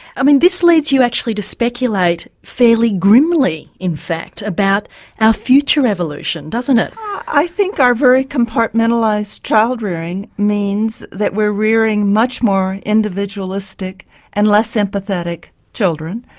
i mean this leads you actually to speculate fairly grimly in fact about our future evolution doesn't it? i think our very compartmentalised child-rearing means that we're rearing much more individualistic and less empathetic children,